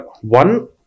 One